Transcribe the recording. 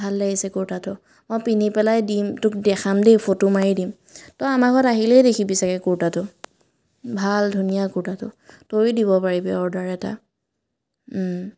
ভাল লাগিছে কুৰ্তাটো মই পিন্ধি পেলাই দিম তোক দেখাম দেই ফ'টো মাৰি দিম তই আমাৰ ঘৰত আহিলেই দেখিবি চাগৈ কুৰ্তাটো ভাল ধুনীয়া কুৰ্তাটো তয়ো দিব পাৰিবি অৰ্ডাৰ এটা